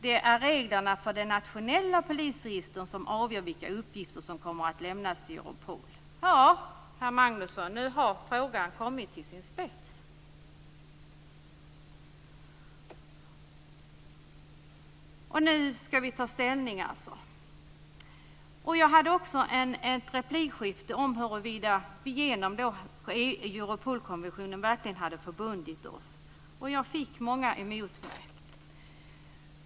Det är reglerna för de nationella polisregistren som avgör vilka uppgifter som kommer att lämnas till Europol. Ja, herr Magnusson, nu har frågan kommit dithän att den ställs på sin spets. Nu skall vi alltså ta ställning. Jag deltog också i ett replikskifte om huruvida vi genom Europolkonventionen verkligen hade bundit upp oss. Jag fick många emot mig.